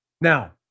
Now